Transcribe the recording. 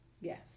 Yes